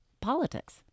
politics